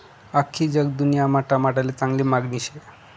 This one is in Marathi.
आख्खी जगदुन्यामा टमाटाले चांगली मांगनी शे